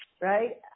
Right